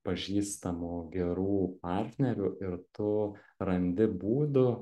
pažįstamų gerų partnerių ir tu randi būdų